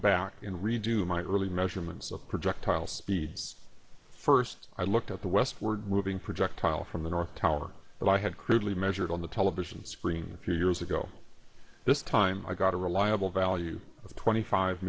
back and redo my earlier measurements of projectile speeds first i looked at the westward moving projectile from the north tower that i had crudely measured on the television screen few years ago this time i got a reliable value of twenty five